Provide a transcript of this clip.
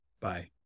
Bye